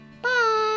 Bye